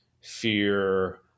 fear